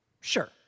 Sure